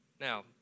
Now